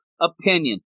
opinion